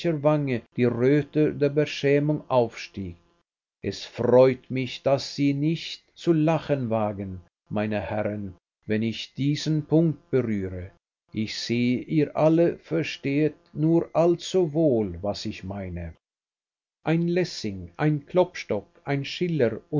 die röte der beschämung aufsteigt es freut mich daß sie nicht zu lachen wagen meine herren wenn ich diesen punkt berühre ich sehe ihr alle verstehet nur allzu wohl was ich meine ein lessing ein klopstock ein schiller